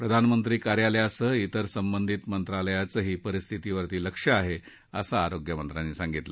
प्रधानमंत्री कार्यालयासह इतर संबधित मंत्रालयाचंही परिस्थितीवर लक्ष आहे असं आरोग्यमंत्र्यांनी सांगितलं